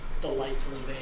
delightfully